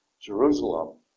Jerusalem